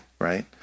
right